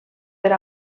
per